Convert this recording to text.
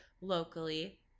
locally